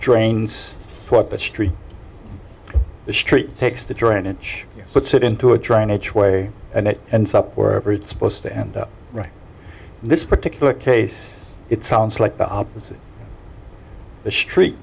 drains what the street the street takes the drainage puts it into a drainage way and it ends up wherever it's supposed to and right in this particular case it sounds like the opposite the street